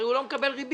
הרי הוא לא מקבל ריבית.